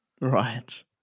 Right